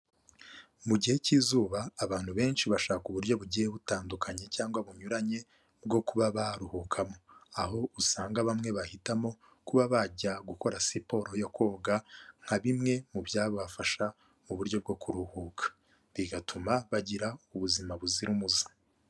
Mu gihe cy'izuba abantu benshi bashaka uburyo bugiye butandukanye cyangwa bunyuranye bwo kuba baruhukamo aho usanga bamwe bahitamo kuba bajya gukora siporo yo koga nka bimwe mu byabafasha mu buryo bwo kuruhuka bigatuma bagira ubuzima buzira umuze.